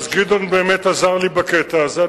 אז גדעון באמת עזר לי בקטע הזה.